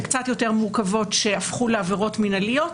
קצת יותר מורכבות שהפכו לעבירות מנהליות,